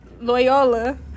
Loyola